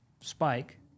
spike